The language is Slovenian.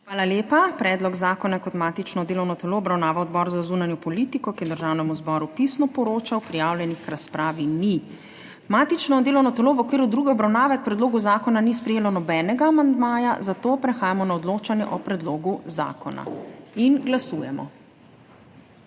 Hvala lepa. Predlog zakona je kot matično delovno telo obravnaval Odbor za zunanjo politiko, ki je Državnemu zboru pisno poročal. Prijavljenih k razpravi ni. Matično delovno telo v okviru druge obravnave k predlogu zakona ni sprejelo nobenega amandmaja, zato prehajamo na odločanje o predlogu zakona. Glasujemo.